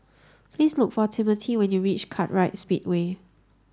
please look for Timothy when you reach Kartright Speedway